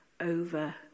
over